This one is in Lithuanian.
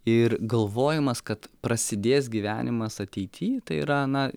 ir galvojimas kad prasidės gyvenimas ateity tai yra na